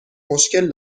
مشکل